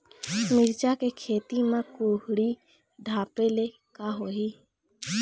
मिरचा के खेती म कुहड़ी ढापे ले का होही?